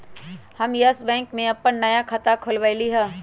हम Yes bank में अप्पन नया खाता खोलबईलि ह